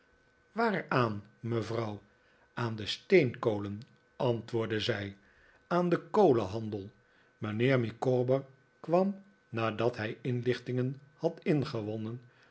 waaraan mevrouw aan de steenkolen antwoordde zij aan den kolenhandel mijnheer micawber kwam nadat hij inlichtingen had ingewonnen